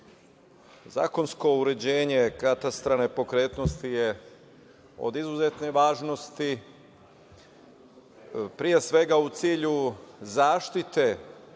zakonsko uređenje katastra nepokretnosti je od izuzetne važnosti, pre svega u cilju zaštite